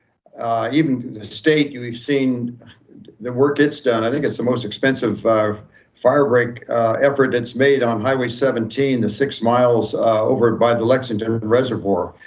even the state you've seen the work gets done. i think it's the most expensive firebreak effort that's made on highway seventeen, the six miles over by the lexington reservoir.